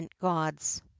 gods